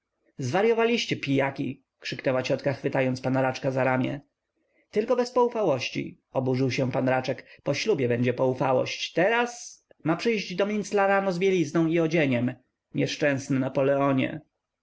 zwaryjowaliście pijaki krzyknęła ciotka chwytając pana raczka za ramię tylko bez poufałości oburzył się p raczek po ślubie będzie poufałość teraz ma przyjść do mincla jutro z bielizną i odzieniem nieszczęsny napoleonie